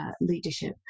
leadership